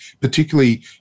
particularly